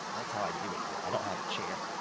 that's how i do it here i don't have a chair.